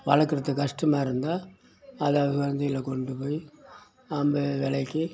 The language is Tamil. வளக்கிறதுக்கு கஷ்டமாக இருந்தால் அதை சந்தையில் கொண்டு போய் நம்ம விலைக்கி